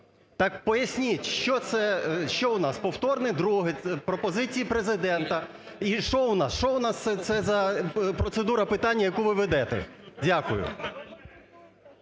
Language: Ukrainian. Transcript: Так поясніть, що у нас: повторне друге, пропозиції Президента? І що у нас, що у нас це за процедура питання, яку ви ведете? Дякую.